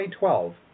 2012